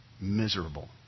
miserable